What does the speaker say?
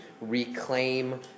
reclaim